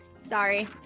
Sorry